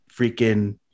freaking